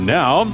now